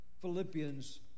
Philippians